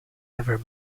ever